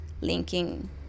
linking